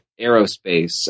aerospace